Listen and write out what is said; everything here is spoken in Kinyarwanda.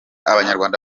abanyarwanda